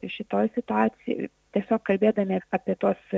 šitoj situacijoj tiesiog kalbėdami apie tuos